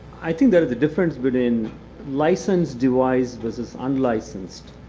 i think there is a difference within license devised versus unlicensed